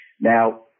Now